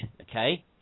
okay